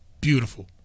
beautiful